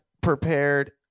prepared